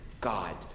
God